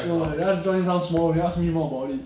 no then 他要 join dance floor then ask me more about it